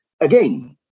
again